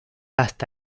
hasta